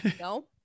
No